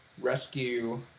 rescue